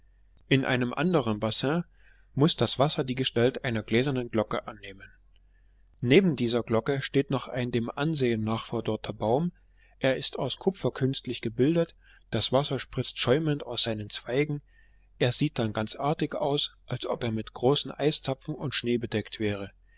in einem anderen bassin muß das wasser die gestalt einer gläsernen glocke annehmen neben dieser glocke steht noch ein dem ansehen nach verdorrter baum er ist aus kupfer künstlich gebildet das wasser spritzt schäumend aus seinen zweigen er sieht dann ganz artig aus als ob er mit großen eiszapfen und schnee bedeckt wäre